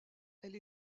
elle